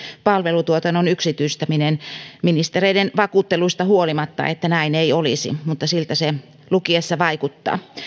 palvelutuotannon yksityistäminen niistä ministereiden vakuutteluista huolimatta että näin ei olisi mutta siltä se lukiessa vaikuttaa